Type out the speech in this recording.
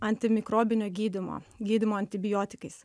antimikrobinio gydymo gydymo antibiotikais